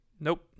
Nope